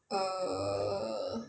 err